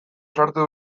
sartu